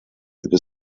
über